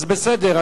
אז בסדר,